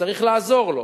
שצריך לעזור לו